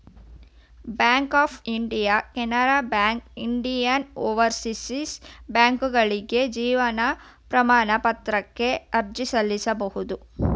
bank of India Canara bank Indian overseas ಬ್ಯಾಂಕ್ಕ್ಗಳಿಗೆ ಜೀವನ ಪ್ರಮಾಣ ಪತ್ರಕ್ಕೆ ಅರ್ಜಿ ಸಲ್ಲಿಸಬಹುದು